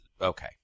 okay